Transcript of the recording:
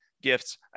gifts